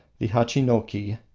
the hachinoki,